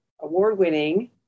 award-winning